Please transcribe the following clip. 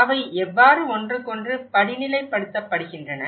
அவை எவ்வாறு ஒன்றுக்கொன்று படிநிலைப்படுத்தப்படுகின்றன